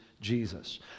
Jesus